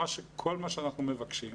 כל מה שאנחנו מבקשים,